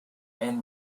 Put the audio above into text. and